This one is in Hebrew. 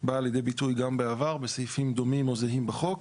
באה לידי ביטוי גם בעבר בסעיפים דומים או זהים בחוק,